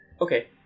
Okay